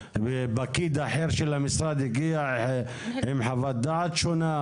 פקיד אחר של המשרד הגיע עם חוות דעת שונה?